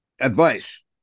advice